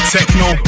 Techno